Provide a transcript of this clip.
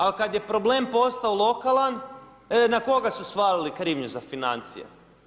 Al, kada je problem postao lokalan, na koga su svalili krivnju za financije?